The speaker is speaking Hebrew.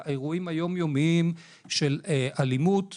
האירועים היום-יומיים של אלימות מילולית,